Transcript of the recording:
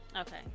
Okay